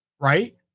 Right